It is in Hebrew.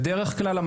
בדרך כלל,